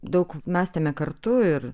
daug mąstėme kartu ir